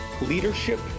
leadership